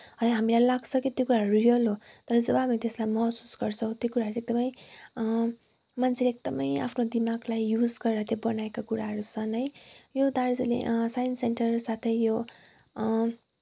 है हामीलाई लाग्छ कि त्यो कुराहरू रियल हो तर जब हामी त्यसलाई महसुस गर्छौँ त्यो कुराहरू चाहिँ एकदमै मान्छेले एकदमै आफ्नो दिमागलाई युज गरेर त्यो बनाएका कुराहरू छन् है यो दार्जिलिङ साइन्स सेन्टर साथै यो